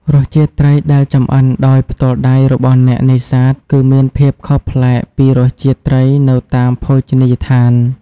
រសជាតិត្រីដែលចម្អិនដោយផ្ទាល់ដៃរបស់អ្នកនេសាទគឺមានភាពខុសប្លែកពីរសជាតិត្រីនៅតាមភោជនីយដ្ឋាន។